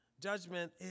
judgment